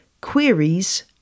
queries